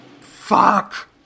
Fuck